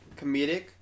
comedic